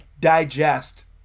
digest